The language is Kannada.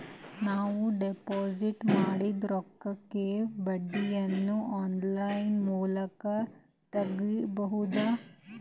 ನಾವು ಡಿಪಾಜಿಟ್ ಮಾಡಿದ ರೊಕ್ಕಕ್ಕೆ ಬಡ್ಡಿಯನ್ನ ಆನ್ ಲೈನ್ ಮೂಲಕ ತಗಬಹುದಾ?